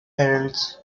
adults